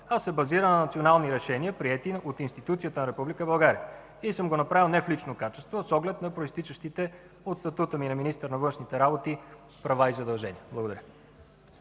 а се базира на рационални решения, приети от Конституцията на Република България. И съм го направил не в лично качество, а с оглед произтичащите от статута ми на министър на външните работи права и задължения.